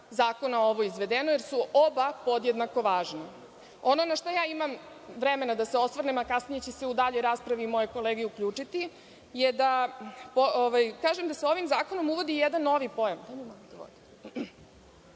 zakona ovo izvedeno, jer su oba podjednako važna. Ono na šta imam vremena da se osvrnem, a kasnije će se u daljoj raspravi moje kolege uključiti, je da se ovim zakonom uvodi jedan novi pojam,